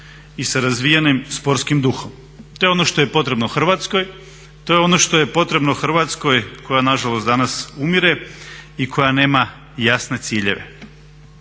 i sa razvijenim sportskim duhom. To je ono što je potrebno Hrvatskoj, to je ono što je potrebno Hrvatskoj koja nažalost danas umire i koja nema jasne ciljeve.